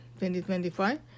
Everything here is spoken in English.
2025